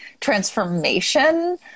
transformation